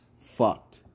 fucked